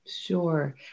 Sure